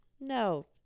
No